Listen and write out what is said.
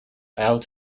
out